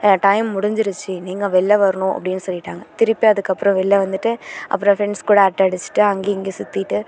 time முடிஞ்சிடுச்சு நீங்கள் வெளில வரணும் அப்படின்னு சொல்லிவிட்டாங்க திருப்பி அதுக்கப்புறம் வெளில வந்துட்டு அப்புறம் ஃப்ரெண்ட்ஸ் கூட அரட்டை அடித்துட்டு அங்கேயும் இங்கேயும் சுற்றிட்டு